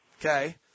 okay